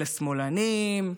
אלה שמאלנים,